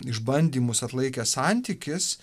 išbandymus atlaikęs santykis